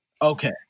Okay